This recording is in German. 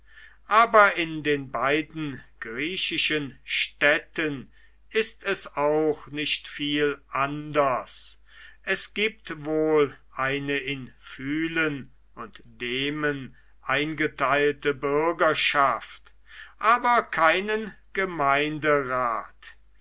aber in den beiden griechischen städten ist es auch nicht viel anders es gibt wohl eine in phylen und demen eingeteilte bürgerschaft aber keinen